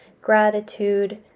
gratitude